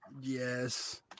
yes